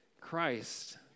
Christ